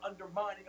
undermining